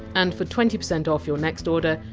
and for twenty percent off your next order,